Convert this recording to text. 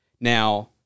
Now